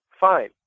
fine